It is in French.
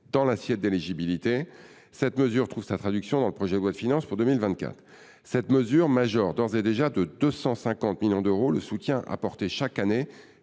dans l’assiette d’éligibilité. Cette mesure trouve sa traduction dans le projet de loi de finances pour 2024. Elle majore d’ores et déjà de 250 millions d’euros le soutien apporté chaque année